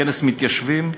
כנס מתיישבים,